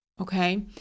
Okay